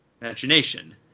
imagination